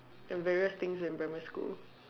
and various things in primary school